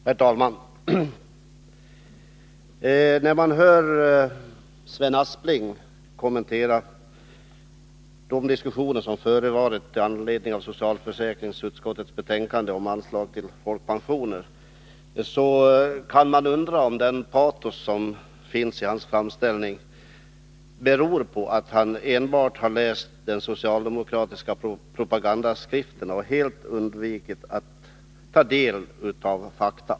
Herr talman! När man hör Sven Aspling kommentera de diskussioner som förevarit med anledning av socialförsäkringsutskottets betänkande om anslag till folkpensioner kan man undra om det patos som finns i hans framställning beror på att han enbart har läst den socialdemokratiska propagandaskriften och helt undvikit att ta del av fakta.